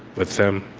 with them.